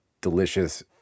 delicious